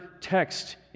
text